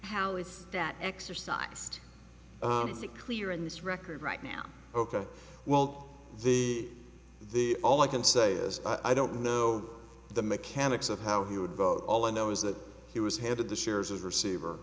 how is that exercised to clear in this record right now ok well the the all i can say is i don't know the mechanics of how he would vote all i know is that he was handed the shares of receiver